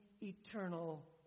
eternal